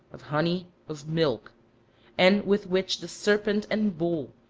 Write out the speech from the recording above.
of honey, of milk and with which the serpent and bull,